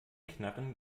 knarren